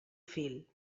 fil